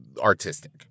artistic